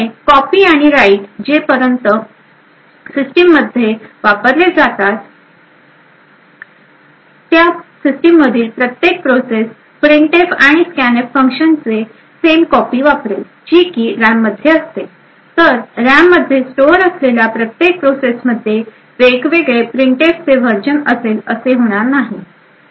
त्यामुळे कॉपी आणि राईट जे पर्यंत सिस्टिम मध्ये वापरले जातात त्या सिस्टीम मधील प्रत्येक प्रोसेस printf आणि scanf फंक्शन ची सेम कॉपी वापरेल जी कि रॅम मध्ये असतेतर रॅम मध्ये स्टोअर असलेल्या प्रत्येक प्रोसेस मध्ये वेगवेगळे printf चे व्हर्जन असेल असे होणार नाही